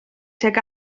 tuag